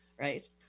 right